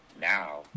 now